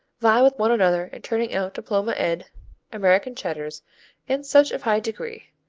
vie with one another in turning out diploma-ed american cheddars and such of high degree.